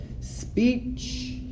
Speech